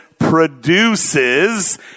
produces